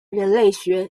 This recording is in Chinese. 人类学